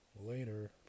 later